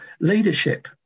Leadership